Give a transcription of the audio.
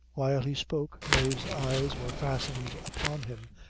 while he spoke, mave's eyes were fastened upon him,